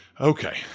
okay